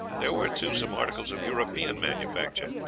there were, too, some articles of european manufacture,